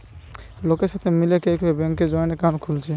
লোকের সাথে মিলে কেউ কেউ ব্যাংকে জয়েন্ট একাউন্ট খুলছে